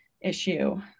issue